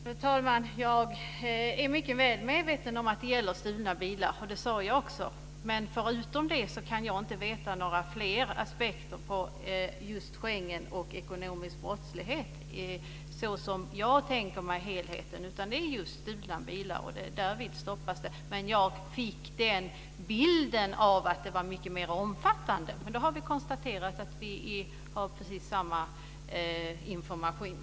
Fru talman! Jag är mycket väl medveten om att det gäller stulna bilar. Det sade jag också. Men förutom det kan jag inte finna några fler aspekter på just Schengen och ekonomisk brottslighet, så som jag tänker mig helheten, utan det är just stulna bilar. Därvid stoppas de. Jag fick bilden av att det var mycket mer omfattande. Men nu har vi konstaterat att vi har precis samma information.